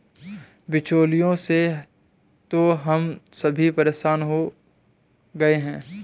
बिचौलियों से तो हम सभी परेशान हो गए हैं